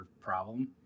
problem